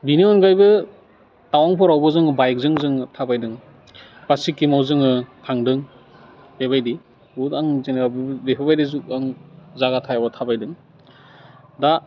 बेनि अनगायैबो टाउनफोरावबो जोङो बाइकजों जोङो थाबायदों बा सिक्किमाव जोङो थांदों बेबायदि बुहुत आं जेनेबा बेफोरबायदि आं जायगायाव थाबायदों दा